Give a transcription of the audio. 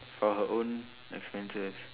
for her own expenses